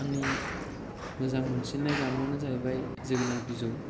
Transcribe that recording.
आंनि मोजां मोनसिन्नाय जामुङानो जाहैबाय जोगोनाथ बिजौ